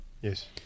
Yes